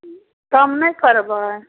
उँ कम नहि करबै